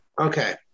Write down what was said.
Okay